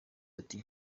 ati